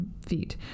feet